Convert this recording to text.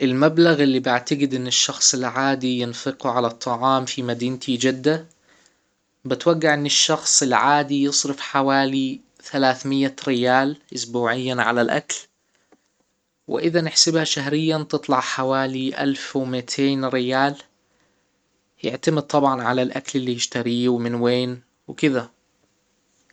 المبلغ اللي بعتجد ان الشخص العادي ينفقه على الطعام في مدينتي جدة بتوجع ان الشخص العادي يصرف حوالي ثلاث مئة ريال اسبوعيا على الاكل واذا نحسبها شهريا تطلع حوالي الف ومئتين ريال يعتمد طبعا على الاكل اللي يشتريه ومن وين وكده